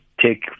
take